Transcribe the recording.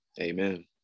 Amen